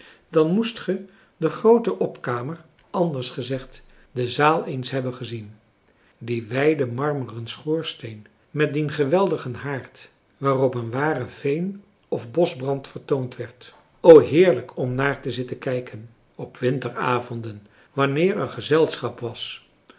dan moest ge de groote opkamer anders gezegd de zaal eens hebben gezien die wijde marmeren schoorsteen met dien geweldigen haard waarop een ware veen of boschbrand vertoond werd o heerlijk om naar françois haverschmidt familie en kennissen te zitten kijken op winteravonden wanneer er gezelschap was